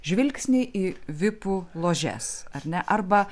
žvilgsniai į vipų ložes ar ne arba